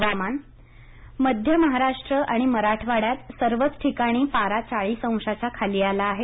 हवामान मध्य महाराष्ट्र आणि मराठवाड्यात सर्वच ठिकाणी पारा चाळीस अंशांच्या खाली आला आहे